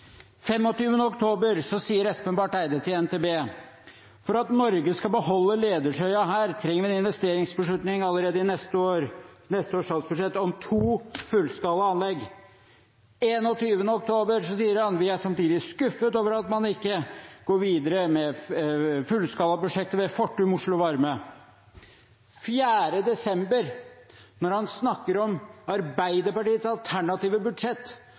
sier Espen Barth Eide til NTB: «For at Norge skal beholde ledertrøya her, trenger vi en investeringsbeslutning allerede i neste års statsbudsjett om to fullskala CCS-anlegg.» Den 21. september 2020 sier han: «Vi er samtidig skuffet over at man nå ikke går videre med fullskala-prosjektet ved Fortum Oslo Varme Den 4. desember 2019, når han snakker om Arbeiderpartiets alternative budsjett,